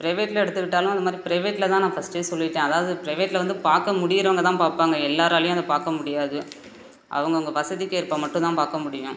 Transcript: ப்ரைவேட்டில எடுத்துக்கிட்டாலும் அந்த மாதிரி ப்ரைவேட்டில தான் நான் ஃபர்ஸ்ட்டே சொல்லிவிட்டேன் அதாவது ப்ரைவேட்டில வந்து பார்க்க முடியிறவங்க தான் பார்ப்பாங்க எல்லோராலையும் அதை பார்க்க முடியாது அவங்கவுங்க வசதிக்கு ஏற்ப மட்டும் தான் பார்க்க முடியும்